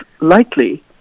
likely